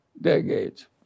decades